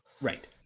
Right